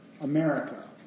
America